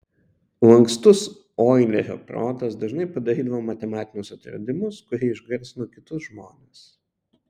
lankstus oilerio protas dažnai padarydavo matematinius atradimus kurie išgarsino kitus žmones